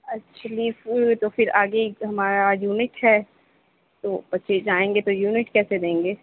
actually school میں تو پھر آگے ہمارا آج یونٹ ہے تو بچے جائیں گے تو یونٹ کیسے دیں گے